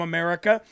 America